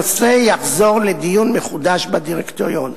הנושא יחזור לדיון מחודש בדירקטוריון.